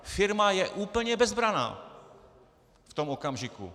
Firma je úplně bezbranná v tom okamžiku.